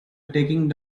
taking